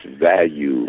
value